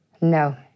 No